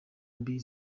mbi